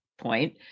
point